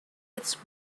its